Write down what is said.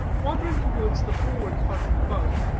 wandering towards the forward part of the boat,